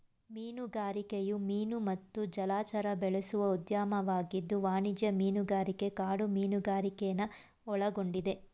ಮೀನುಗಾರಿಕೆಯು ಮೀನು ಮತ್ತು ಜಲಚರ ಬೆಳೆಸುವ ಉದ್ಯಮವಾಗಿದ್ದು ವಾಣಿಜ್ಯ ಮೀನುಗಾರಿಕೆ ಕಾಡು ಮೀನುಗಾರಿಕೆನ ಒಳಗೊಂಡಿದೆ